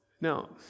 Now